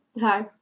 hi